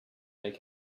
make